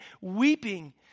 weeping